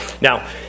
Now